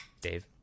Dave